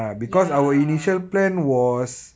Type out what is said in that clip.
ya